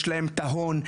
יש להם את ההון,